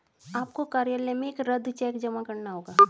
आपको कार्यालय में एक रद्द चेक जमा करना होगा